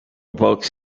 books